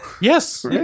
Yes